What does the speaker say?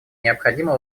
необходимо